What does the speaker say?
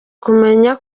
kumenya